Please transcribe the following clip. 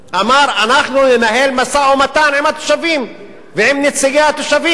אמר: אנחנו ננהל משא-ומתן עם התושבים ועם נציגי התושבים.